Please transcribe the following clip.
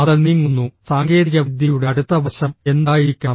അത് നീങ്ങുന്നു സാങ്കേതികവിദ്യയുടെ അടുത്ത വശം എന്തായിരിക്കണം